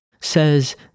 says